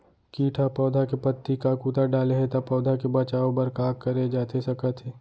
किट ह पौधा के पत्ती का कुतर डाले हे ता पौधा के बचाओ बर का करे जाथे सकत हे?